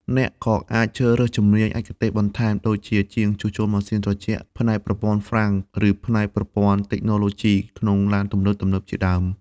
អ្នកក៏អាចជ្រើសរើសជំនាញឯកទេសបន្ថែមដូចជា ផ្នែកជួសជុលម៉ាស៊ីនត្រជាក់ ផ្នែកប្រព័ន្ធហ្វ្រាំង ឬផ្នែកប្រព័ន្ធតិចណូឡូជីក្នុងឡានទំនើបៗជាដើម។